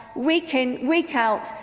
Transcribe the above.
week in, week out,